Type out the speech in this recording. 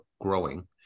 growing